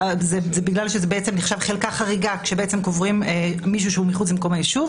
זה בגלל שזה נחשב חלקה חריגה כשקוברים מישהו מחוץ ליישוב.